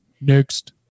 Next